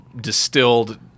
distilled